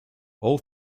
all